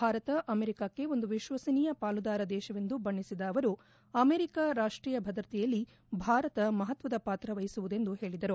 ಭಾರತ ಅಮೆರಿಕಾಕ್ಷೆ ಒಂದು ವಿಶ್ವಸನೀಯ ಪಾಲುದಾರ ದೇಶವೆಂದು ಬಣ್ಣಿಸಿದ ಅವರು ಅಮೆರಿಕಾ ರಾಷ್ಟೀಯ ಭದ್ರತೆಯಲ್ಲಿ ಭಾರತ ಮಹತ್ವದ ಪಾತ್ರ ವಹಿಸುವುದೆಂದು ಹೇಳಿದರು